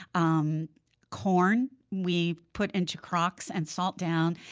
um corn, we put into crocks and salt down,